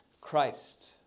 Christ